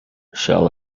shall